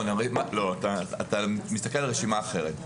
אתה מסתכל על רשימה אחרת.